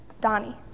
Donnie